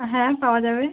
হ্যাঁ পাওয়া যাবে